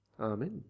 Amen